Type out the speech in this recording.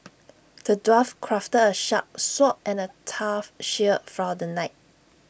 the dwarf crafted A sharp sword and A tough shield for the knight